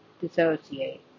Dissociate